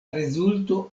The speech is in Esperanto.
rezulto